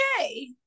okay